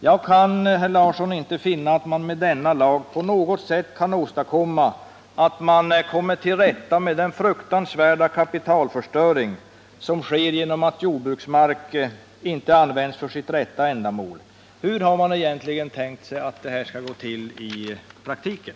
Jag kan, herr Larsson, inte finna att man med denna lag på något sätt kommer till rätta med den fruktansvärda kapitalförstöring som sker på grund av att jordbruksmark inte används för sitt rätta ändamål. Hur har man egentligen tänkt sig att det här skall gå till i praktiken?